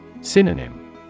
Synonym